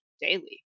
daily